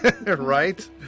Right